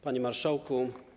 Panie Marszałku!